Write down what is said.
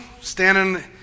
standing